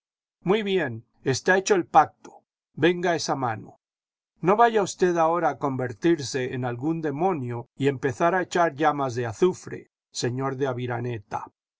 muy bien está hecho el pacto venga esa mano no vaya usted ahora a convertirse en algún demonio y empezar a echar llamas de azufre señor de aviraneta